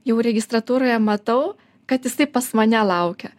jau registratūroje matau kad jisai pas mane laukia